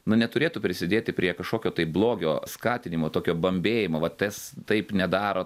nu neturėtų prisidėti prie kažkokio tai blogio skatinimo tokio bambėjimo va tas taip nedaro